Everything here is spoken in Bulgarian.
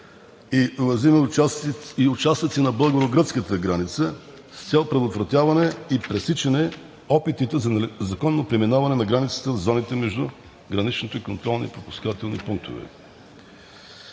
и участъци на българо-гръцката граница с цел предотвратяване и пресичане опитите за незаконно преминаване на границата в зоните между граничните и контролните пропускателни пунктове.